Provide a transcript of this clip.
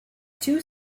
two